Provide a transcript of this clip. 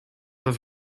was